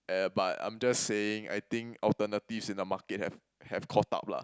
uh ya but I'm just saying I think alternatives in the market have have caught up lah